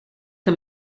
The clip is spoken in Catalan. que